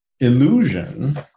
illusion